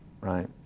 right